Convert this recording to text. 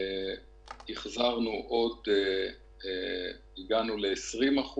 החזרנו והגענו ל-20%